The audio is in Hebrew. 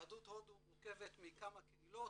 יהדות הודו מורכבת מכמה קהילות.